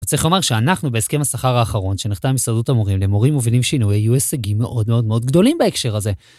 וצריך לומר שאנחנו בהסכם השכר האחרון שנחתם עם הסתדרות המורים, למורים מובילים שינוי היו הישגים מאוד מאוד מאוד גדולים בהקשר הזה.